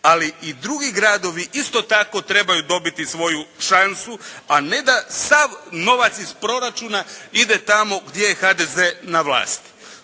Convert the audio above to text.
ali i drugi gradovi isto tako trebaju dobiti svoju šansu a ne da sav novac iz proračuna ide tamo gdje je HDZ na vlasti.